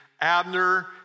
Abner